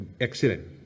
excellent